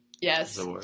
Yes